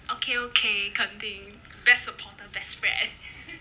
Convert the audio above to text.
okay okay 肯定 best supporter best friend